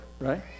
right